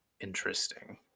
interesting